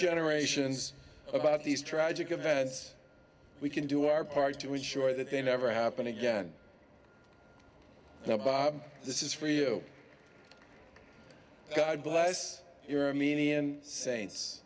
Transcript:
generations about these tragic events we can do our part to ensure that they never happen again now bob this is for you god bless your media